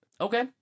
Okay